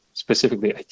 specifically